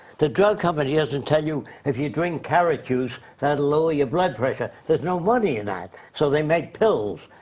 the drug company doesn't tell you if you drink carrot juice, that'll lower your blood pressure there's no money in that. so they make pills.